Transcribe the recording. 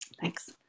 Thanks